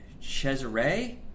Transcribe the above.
Cesare